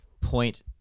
point